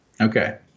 Okay